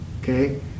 Okay